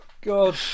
god